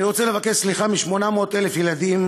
אני רוצה לבקש סליחה מ-800,000 ילדים